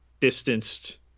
distanced